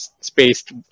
spaced